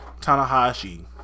Tanahashi